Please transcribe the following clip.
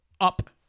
up